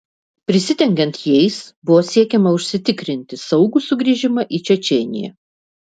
prisidengiant jais buvo siekiama užsitikrinti saugų sugrįžimą į čečėniją